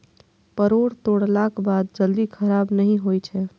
परोर तोड़लाक बाद जल्दी खराब नहि होइ छै